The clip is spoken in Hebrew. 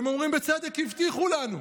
והם אומרים, בצדק: הבטיחו לנו.